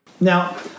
Now